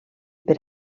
per